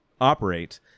operate